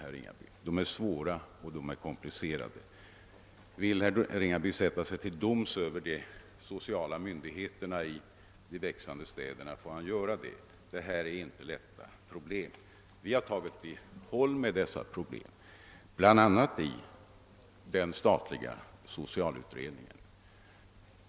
Problemen är ofta svåra och komplicerade. Vill herr Ringaby sätta sig till doms över de sociala myndigheterna i de växande städerna, får han göra det. Vi har tagit i håll med dessa problem, bl.a. i den statliga socialutredningen.